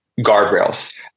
guardrails